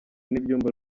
n’ibyumba